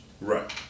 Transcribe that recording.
Right